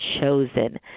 chosen